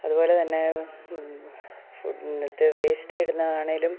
അതുപോലെതന്നെ ഫു ഇതു വേസ്റ്റിടുന്നതാണെങ്കിലും